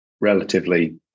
relatively